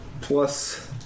plus